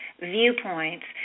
viewpoints